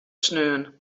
sneon